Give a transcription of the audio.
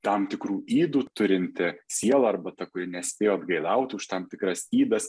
tam tikrų ydų turinti siela arba ta kuri nespėjo atgailauti už tam tikras ydas